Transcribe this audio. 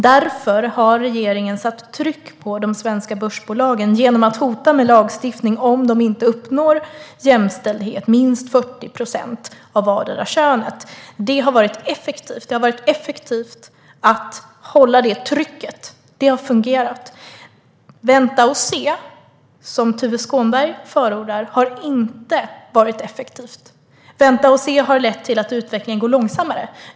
Därför har regeringen satt tryck på de svenska börsbolagen genom att hota med lagstiftning om de inte uppnår jämställdhet med minst 40 procent av vartdera könet. Det har varit effektivt. Det har varit effektivt att hålla det trycket. Det har fungerat. Att vänta och se, som Tuve Skånberg förordar, har inte varit effektivt. Det har lett till att utvecklingen går långsammare.